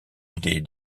idée